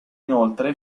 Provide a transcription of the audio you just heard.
inoltre